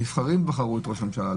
הנבחרים בחרו את ראש הממשלה.